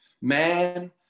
man